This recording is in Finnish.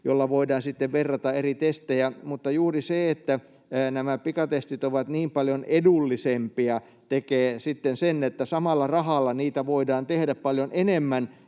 joilla voidaan sitten verrata eri testejä. Mutta juuri se, että nämä pikatestit ovat niin paljon edullisempia, tekee sen, että samalla rahalla niitä voidaan tehdä paljon enemmän,